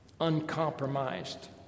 uncompromised